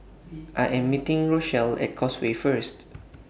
I Am meeting Rochelle At Causeway First